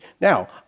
Now